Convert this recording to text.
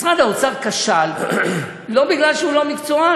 משרד האוצר כשל, לא כי הוא לא מקצוען.